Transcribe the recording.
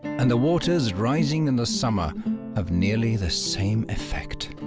and the waters rising in the summer have nearly the same effect.